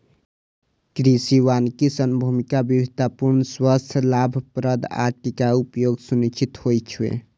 कृषि वानिकी सं भूमिक विविधतापूर्ण, स्वस्थ, लाभप्रद आ टिकाउ उपयोग सुनिश्चित होइ छै